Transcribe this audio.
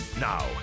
Now